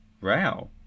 Wow